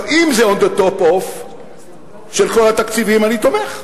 אם זה on the top of של כל התקציבים, אני תומך.